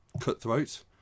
cutthroat